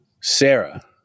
Sarah